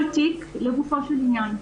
כל תיק לגופו של עניין.